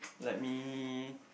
let me